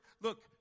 look